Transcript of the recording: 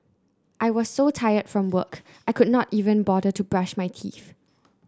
I was so tired from work I could not even bother to brush my teeth